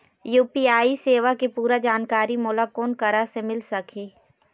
UPI सेवा के पूरा जानकारी मोला कोन करा से मिल सकही?